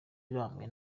irambuye